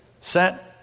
Set